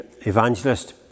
evangelist